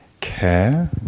care